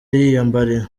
yiyambariye